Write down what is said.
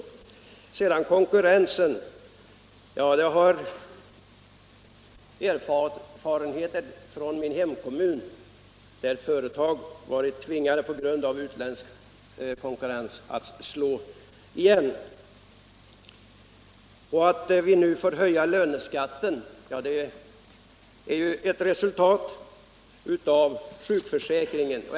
När det sedan gäller konkurrensen har jag erfarenheter från min hemkommun, där företag på grund av utländsk konkurrens tvingats att slå igen. Att vi nu får höja löneskatten är ett resultat av förbättringar av sjukförsäkringen.